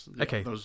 okay